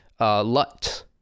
LUT